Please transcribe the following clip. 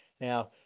Now